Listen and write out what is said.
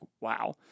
Wow